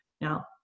Now